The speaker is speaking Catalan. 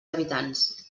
habitants